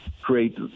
create